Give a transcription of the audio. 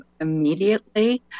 immediately